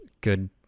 good